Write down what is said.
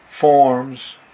forms